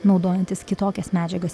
naudojantis kitokias medžiagas